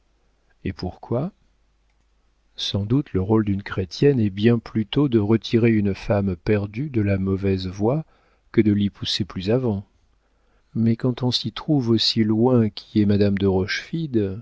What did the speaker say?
et pourquoi sans doute le rôle d'une chrétienne est bien plutôt de retirer une femme perdue de la mauvaise voie que de l'y pousser plus avant mais quand on s'y trouve aussi loin qu'y est madame de